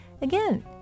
again